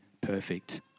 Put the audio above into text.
perfect